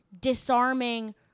disarming